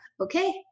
okay